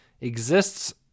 exists